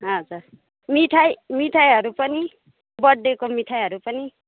हजुर मिठाई मिठाईहरू पनि बर्थडेको मिठाईहरू पनि